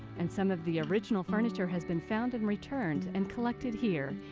and some of the original furniture has been found and returned. and collected here.